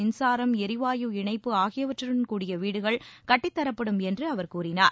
மின்சாரம் எரிவாயு இணைப்பு ஆகியவற்றுடன் கூடிய வீடுகள் கட்டித் தரப்படும் என்று அவர் கூறினார்